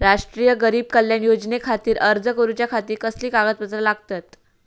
राष्ट्रीय गरीब कल्याण योजनेखातीर अर्ज करूच्या खाती कसली कागदपत्रा लागतत?